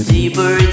Deeper